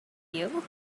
you